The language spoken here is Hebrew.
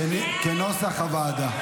קודם נצביע על סעיף 1 כנוסח הוועדה.